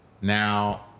Now